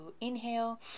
inhale